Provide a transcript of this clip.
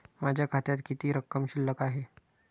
माझ्या खात्यात किती रक्कम शिल्लक आहे?